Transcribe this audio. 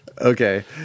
Okay